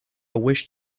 wished